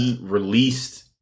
released